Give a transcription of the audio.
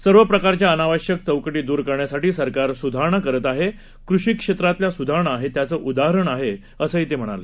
सर्व प्रकारच्या अनावश्यक चौकटी दुर करण्यासाठी सरकार सुधारणा करत आहे कृषी क्षेत्रातल्या सुधारणा हे त्याचं उदाहरण आहे असं ते म्हणाले